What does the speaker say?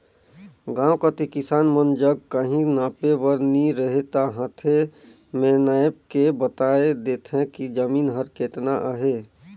गाँव कती किसान मन जग काहीं नापे बर नी रहें ता हांथे में नाएप के बताए देथे कि जमीन हर केतना अहे